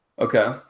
Okay